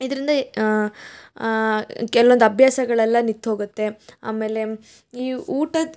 ಇದರಿಂದ ಕೆಲ್ವೊಂದ್ ಅಭ್ಯಾಸಗಳೆಲ್ಲ ನಿತ್ತೋಗುತ್ತೆ ಆಮೇಲೆ ಈ ಊಟದ